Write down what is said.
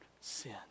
sin